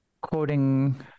quoting